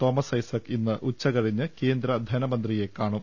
Thomas Isaac ഇന്ന് ഉച്ച കഴിഞ്ഞ് കേന്ദ്ര ധൻമന്ത്രിയെ കാണും